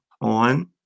on